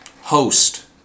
host